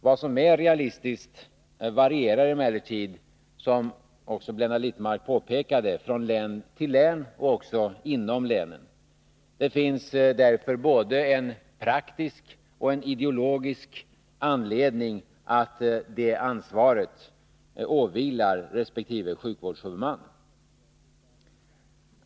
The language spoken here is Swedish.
Vad som är realistiskt varierar emellertid, som Blenda Littmarck också påpekade, från län till län och även inom länen. Det finns därför både en praktisk och en ideologisk anledning till att det ansvaret åvilar resp. sjukvårdshuvudman.